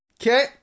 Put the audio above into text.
Okay